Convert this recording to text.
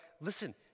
listen